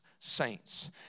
saints